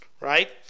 right